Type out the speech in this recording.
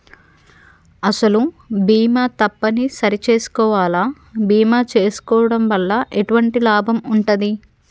అసలు బీమా తప్పని సరి చేసుకోవాలా? బీమా చేసుకోవడం వల్ల ఎటువంటి లాభం ఉంటది?